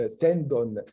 tendon